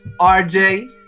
RJ